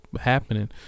happening